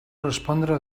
respondre